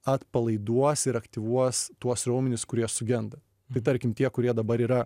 atpalaiduos ir aktyvuos tuos raumenis kurie sugenda tai tarkim tie kurie dabar yra